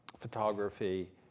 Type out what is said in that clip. photography